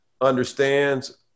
understands